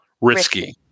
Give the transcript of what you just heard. risky